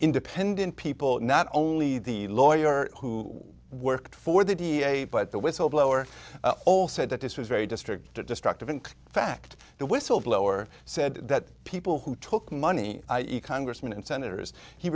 independent people not only the lawyer who worked for the v a but the whistleblower all said that this was very district destructive in fact the whistleblower said that people who took money congressmen and senators he